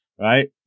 right